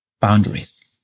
boundaries